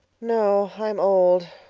no, i'm old.